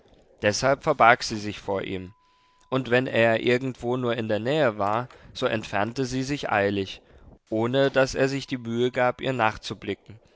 deshalb verbarg sie sich vor ihm und wenn er irgendwo nur in der nähe war so entfernte sie sich eilig ohne daß er sich die mühe gab ihr